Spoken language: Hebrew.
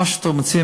מה שאתם רוצים,